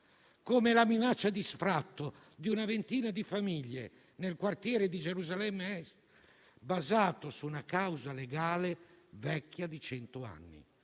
come la minaccia di sfratto di una ventina famiglie nel quartiere di Gerusalemme Est, basato su una causa legale vecchia di cento anni.